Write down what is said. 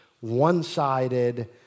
one-sided